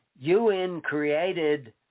UN-created